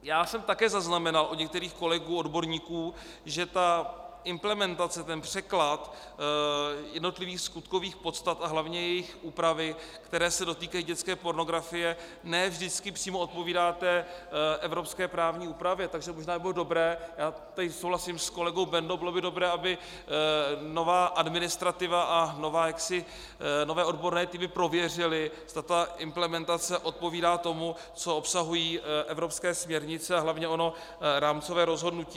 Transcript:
Já jsem také zaznamenal od některých kolegů odborníků, že ta implementace překlad jednotlivých skutkových podstat a hlavně jejich úpravy, které se dotýkají dětské pornografie ne vždycky přímo odpovídá evropské právní úpravě, takže by možná bylo dobré, a tady souhlasím s kolegou Bendou, aby nová administrativa a nové odborné týmy prověřily, zda implementace odpovídá tomu, co obsahují evropské směrnice a hlavně ono rámcové rozhodnutí.